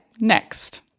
next